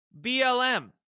BLM